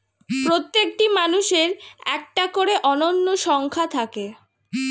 প্রত্যেকটি মানুষের একটা করে অনন্য সংখ্যা থাকে